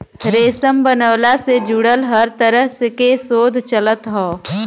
रेशम बनवला से जुड़ल हर तरह के शोध चलत हौ